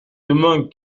demain